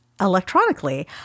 electronically